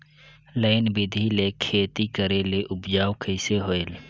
Line बिधी ले खेती करेले उपजाऊ कइसे होयल?